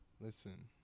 Listen